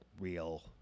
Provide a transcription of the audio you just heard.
real